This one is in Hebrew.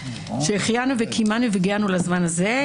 שהחיינו וקיימנו והגענו לזמן הזה.